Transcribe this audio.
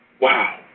Wow